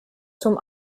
zum